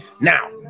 now